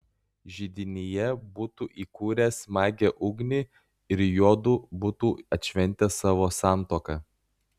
židinyje būtų įkūręs smagią ugnį ir juodu būtų atšventę savo santuoką